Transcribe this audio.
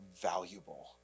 valuable